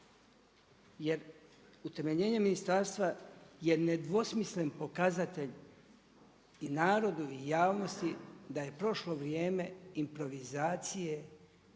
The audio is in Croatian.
Jer utemeljenje ministarstva je nedvosmislen pokazatelj i narodu i javnosti da je prošlo vrijeme improvizacije